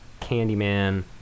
Candyman